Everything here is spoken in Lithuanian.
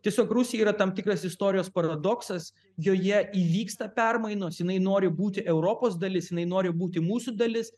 tiesiog rusija yra tam tikras istorijos paradoksas joje įvyksta permainos jinai nori būti europos dalis jinai nori būti mūsų dalis